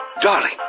Darling